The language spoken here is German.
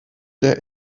der